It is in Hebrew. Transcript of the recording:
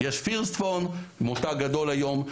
יש פירסט פון, מותג גדול היום.